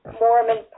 Mormon